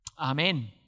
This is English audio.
Amen